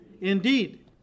Indeed